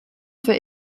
für